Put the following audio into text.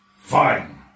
Fine